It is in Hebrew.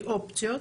כאופציות.